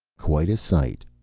quite a sight,